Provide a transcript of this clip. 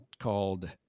called